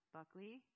Buckley